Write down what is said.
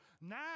Now